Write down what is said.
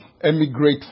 emigrate